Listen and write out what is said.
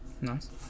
Nice